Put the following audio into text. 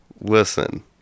Listen